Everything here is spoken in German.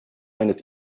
eines